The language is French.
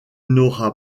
n’aura